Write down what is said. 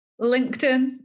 LinkedIn